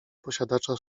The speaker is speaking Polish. posiadacza